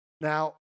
Now